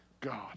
God